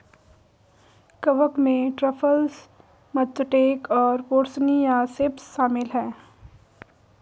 कवक में truffles, matsutake और पोर्सिनी या सेप्स शामिल हैं